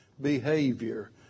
behavior